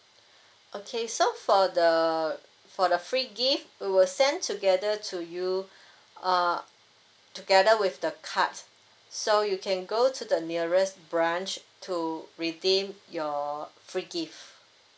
okay so for the for the free gift we will send together to you uh together with the cards so you can go to the nearest branch to redeem your free gift